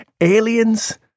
Aliens